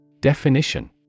Definition